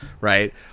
Right